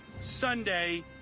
Sunday